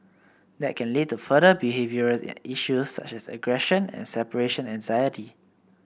that can lead to further behavioural issues such as aggression and separation anxiety